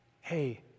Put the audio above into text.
hey